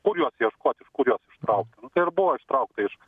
kur juos ieškot iš kur juos ištraukt nu tai ir buvo ištraukta iš